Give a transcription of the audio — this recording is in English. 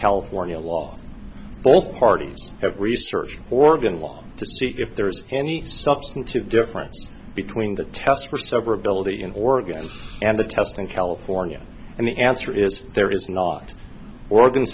california law both parties have research oregon law to see if there is any substantive difference between the test for severability in oregon and the test in california and the answer is there is not or